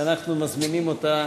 ואנחנו מזמינים אותה